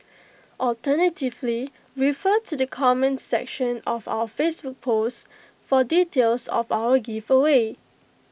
alternatively refer to the comments section of our Facebook post for details of our giveaway